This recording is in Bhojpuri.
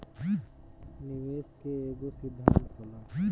निवेश के एकेगो सिद्धान्त होला